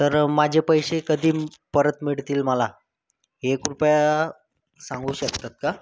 तर माझे पैसे कधी परत मिळतील मला हे कृपया सांगू शकतात का